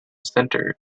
center